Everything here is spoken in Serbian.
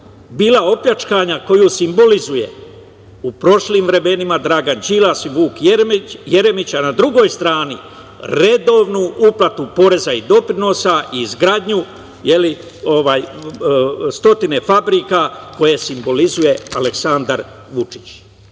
bila opljačkana, koju simbolizuju u prošlim vremenima Dragan Đilas i Vuk Jeremić, a na drugoj strani redovnu uplatu poreza i doprinosa i izgradnju stotine fabrika koje simbolizuje Aleksandar Vučić. Na